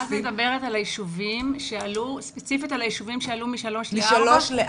את מדברת ספציפית על היישובים שעלו מ-3 ל-4?